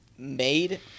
made